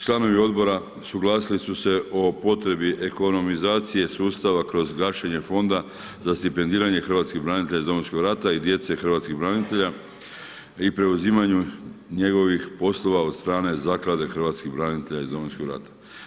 Članovi odbor suglasili su se o potrebi ekonomičnije sustava kroz gašenje fonda za stipendiranje hrvatskih branitelja iz Domovinskog rata i djece hrvatskih branitelja i preuzimanje njegovih poslova od strane zaklade hrvatskih branitelja iz Domovinskog rata.